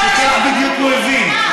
שכך בדיוק הבין.